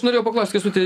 norėjau paklaust kęstuti